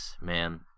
man